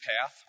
path